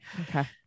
Okay